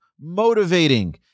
motivating